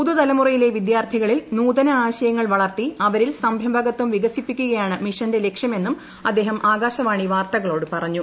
പുതു തലമുറയിലെ വിദ്യാർത്ഥിളിൽ നൂതന ആശയങ്ങൾ വളർത്തി അവരിൽ സംരംഭകത്വം വികസിപ്പിക്കുകയാണ് മിഷന്റെ ലക്ഷ്യമെന്നും അദ്ദേഹം ആകാശവാണി വാർത്തകളോട് പറഞ്ഞു